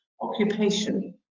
occupation